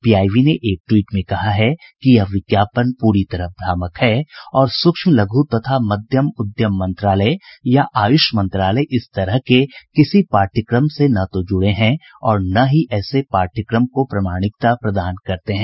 PIB ने एक tweet में कहा है कि यह विज्ञापन पूरी तरह भ्रामक है और सूक्ष्म लघु तथा मध्यम उद्योग मंत्रालय या आयुष मंत्रालय इस तरह के किसी पाठ्यक्रम से न तो जुड़े हैं और न ही ऐसे पाठ्यक्रम को प्रमाणिकता प्रदान करते हैं